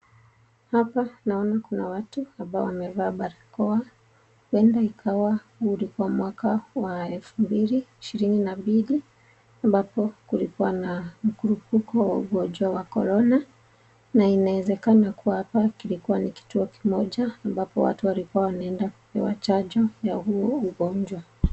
Hapa naona kuna watu ambao wamevaa barakoa. Huenda ikawa huu ulikuwa mwaka wa 2022 ambapo kulikwa na mkurupuko wa ugonjwa wa Corona na inaezekana kuwa hapa kilkuwa ni kituo kimoja ambapo watu walikuwa wanaenda kupewa chanjo ya huu ugonjwa.